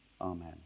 Amen